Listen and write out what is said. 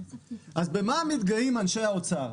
במה מתגאים אנשי האוצר?